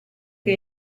che